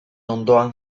ondoan